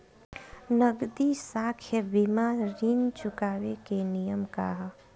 नगदी साख सीमा ऋण चुकावे के नियम का ह?